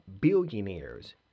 billionaires